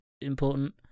important